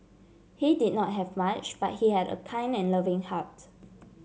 he did not have much but he had a kind and loving heart